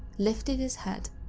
lifted his head,